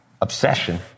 obsession